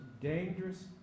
dangerous